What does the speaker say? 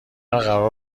قرار